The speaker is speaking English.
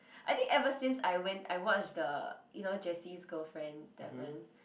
I think ever since I went I watch the you know Jessie's girlfriend Devon